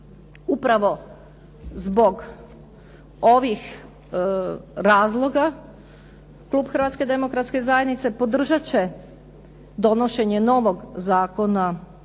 Upravo zbog ovih razloga, klub Hrvatske demokratske zajednice podržat će donošenje novog Zakona